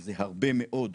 זה הרבה מאוד,